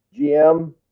GM